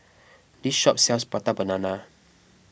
this shop sells Prata Banana